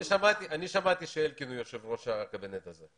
אני שמעתי שאלקין הוא יושב ראש הקבינט הזה.